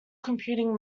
computing